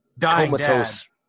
comatose